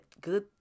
good